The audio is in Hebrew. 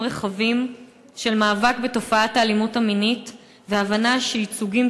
רחבים של מאבק בתופעת האלימות המינית והבנה שייצוגים